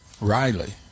Riley